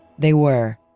they were,